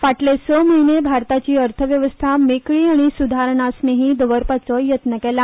फाटले स म्हयने भारताची अर्थवेवस्था मेकळी आनी सुदारणास्नेही दवरपाचो यत्न केला